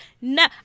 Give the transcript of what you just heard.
no